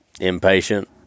Impatient